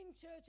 church